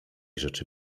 rzeczy